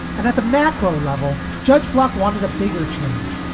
and at the macro level, judge block wanted a bigger change.